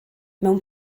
mewn